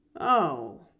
Oh